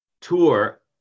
tour